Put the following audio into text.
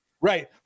Right